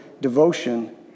devotion